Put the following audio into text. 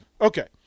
Okay